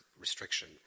restriction